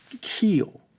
heal